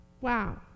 Wow